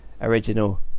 original